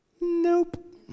Nope